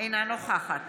אינה נוכחת